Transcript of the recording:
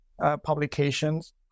publications